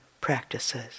practices